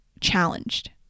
challenged